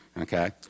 okay